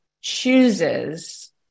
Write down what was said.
chooses